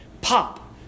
pop